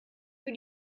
für